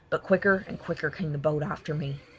but quicker and quicker came the boat after me.